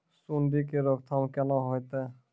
सुंडी के रोकथाम केना होतै?